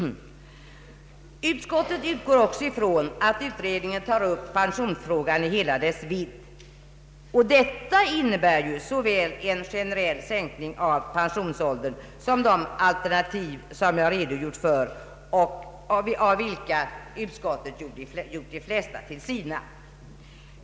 Utskottet utgår också från att utredningen tar upp pensionsfrågan i hela dess vidd. Detta innebär ju såväl en generell sänkning av pensionsåldern som de alternativ jag redogjort för, av vilka utskottet gjort de flesta till sina.